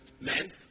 Men